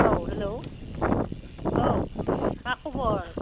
औ हेलौ औ मा खबर